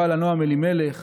בעל ה"נועם אלימלך",